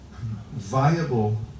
viable